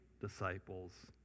disciples